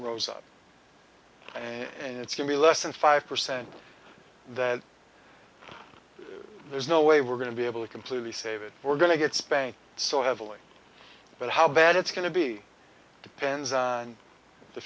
rose up and it's going to be less than five percent that there's no way we're going to be able to completely say that we're going to get spanked so heavily but how bad it's going to be depends on the